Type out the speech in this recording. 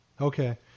Okay